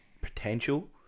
potential